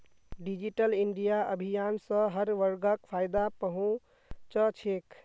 digital India अभियान स हर वर्गक फायदा पहुं च छेक